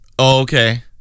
Okay